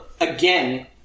again